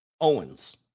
Owens